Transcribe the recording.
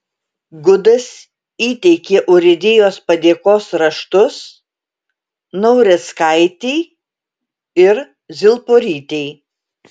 gudas įteikė urėdijos padėkos raštus naureckaitei ir zilporytei